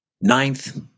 ninth